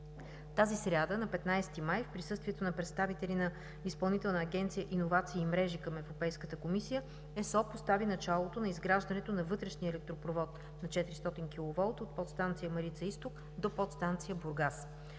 Тази сряда, на 15 май, в присъствието на представители на Изпълнителната агенция за иновации и мрежи към Европейската комисия, ЕСО постави началото на изграждането на вътрешния електропровод на 400 kV от подстанция „Марица изток“ до подстанция „Бургас“.